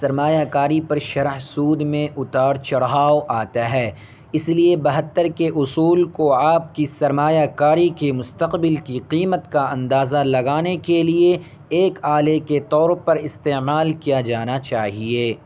سرمایہ کاری پر شرح سود میں اتار چڑھاؤ آتا ہے اس لیے بہتر کے اصول کو آپ کی سرمایہ کاری کی مستقبل کی قیمت کا اندازہ لگانے کے لیے ایک آلے کے طور پر استعمال کیا جانا چاہیے